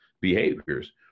behaviors